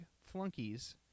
flunkies